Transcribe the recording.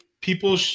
people